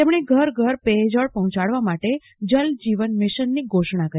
તેમને ઘર ઘર પેયજલ પહોચાડવા માટે જળ જીવન મિશનની ઘોષના કરી